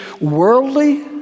worldly